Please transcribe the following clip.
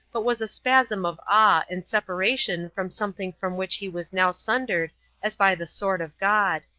but was a spasm of awe and separation from something from which he was now sundered as by the sword of god.